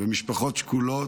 ומשפחות שכולות,